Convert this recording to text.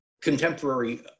contemporary